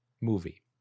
movie